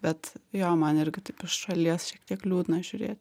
bet jo man irgi taip iš šalies šiek tiek liūdna žiūrė